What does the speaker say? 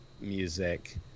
music